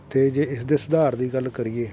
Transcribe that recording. ਅਤੇ ਜੇ ਇਸ ਦੇ ਸੁਧਾਰ ਦੀ ਗੱਲ ਕਰੀਏ